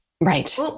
Right